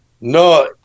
no